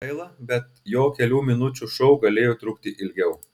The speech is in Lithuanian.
gaila bet jo kelių minučių šou galėjo trukti ilgiau